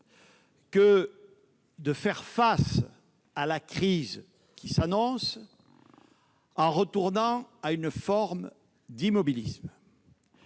que de faire face à la crise qui s'annonce en revenant à une forme d'immobilisme.